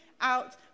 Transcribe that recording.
out